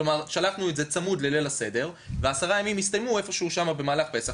כלומר שלחנו את זה צמוד לליל הסדר ועשרה ימים הסתיימו במהלך פסח.